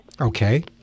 Okay